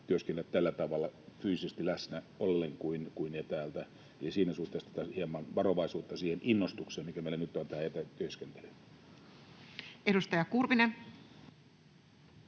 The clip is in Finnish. työskennellä tällä tavalla fyysisesti läsnä ollen kuin etäältä, ja siinä suhteessa toivoisin hieman varovaisuutta siihen innostukseen, mikä meillä nyt on tähän etätyöskentelyyn.